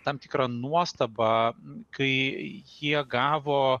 tam tikrą nuostabą kai jie gavo